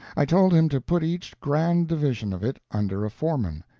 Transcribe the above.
i told him to put each grand division of it under a foreman,